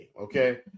okay